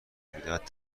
میدهد